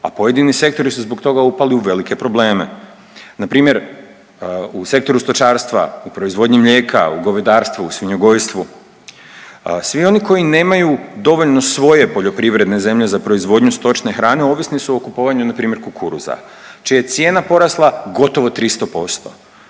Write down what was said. a pojedini sektori su zbog toga upali u velike probleme. Npr. u sektoru stočarstva, u proizvodnji mlijeka, u govedarstvu, u svinjogojstvu, svi oni koji nemaju dovoljno svoje poljoprivredne zemlje za proizvodnju stočne hrane ovisni su o kupovanju, npr. kukuruza, čija je cijena porasla gotovo 300%.